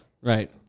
Right